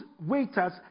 waiters